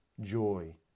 joy